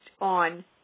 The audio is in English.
on